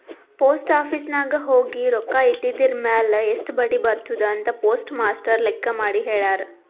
post office ನಾಗ್ ಹೋಗಿ ರೊಕ್ಕಾ ಇಟ್ಟಿದಿರ್ಮ್ಯಾಲ್ ಎಸ್ಟ್ ಬಡ್ಡಿ ಬರ್ತುದ್ ಅಂತ್ ಪೋಸ್ಟ್ ಮಾಸ್ಟರ್ ಲೆಕ್ಕ ಮಾಡಿ ಹೆಳ್ಯಾರ್